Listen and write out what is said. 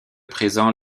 présents